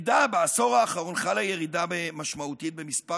בעשור האחרון חלה ירידה משמעותית במספר